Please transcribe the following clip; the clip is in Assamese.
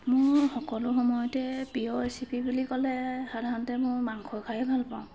মোৰ সকলো সময়তে প্ৰিয় ৰেচিপি বুলি ক'লে সাধাৰণতে মই মাংস খায়ে ভাল পাওঁ